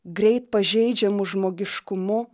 greit pažeidžiamu žmogiškumu